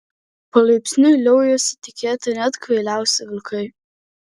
palaipsniui liaujasi tikėti net kvailiausi vilkai